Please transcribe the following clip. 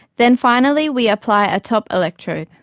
then finally we apply a top electrode.